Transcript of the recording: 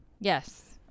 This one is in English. Yes